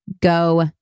go